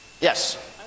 Yes